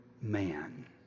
man